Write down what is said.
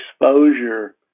exposure